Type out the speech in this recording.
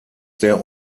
der